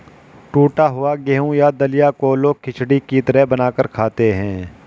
टुटा हुआ गेहूं या दलिया को लोग खिचड़ी की तरह बनाकर खाते है